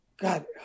God